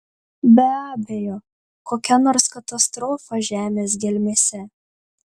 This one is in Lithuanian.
be abejo kokia nors katastrofa žemės gelmėse